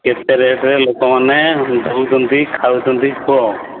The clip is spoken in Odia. କେତେ ରେଟ୍ରେ ଲୋକମାନେ ନେଉଛନ୍ତି ଖାଉଛନ୍ତି କୁହ